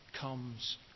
comes